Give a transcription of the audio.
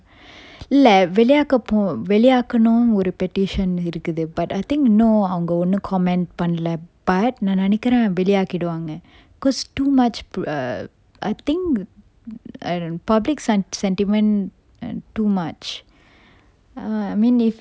இல்ல வெளியாக்கபோ~ வெளியாக்கனு ஒரு:illa veliyakkapo~ veliyakkanu oru petition இருக்குது:irukkuthu but I think இன்னும் அவங்க ஒன்னும்:innum avanga onnum comment பண்ல:panla but நா நெனைக்குரன் வெளியாக்கிடுவங்க:na nenaikkuran veliyakkiduvanga cause too much err I think the I don't know public sent~ sentiment err too much I mean if